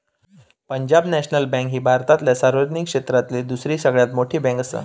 Punjab national bank ही भारतातल्या सार्वजनिक क्षेत्रातली दुसरी सगळ्यात मोठी बँकआसा